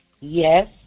Yes